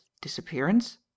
disappearance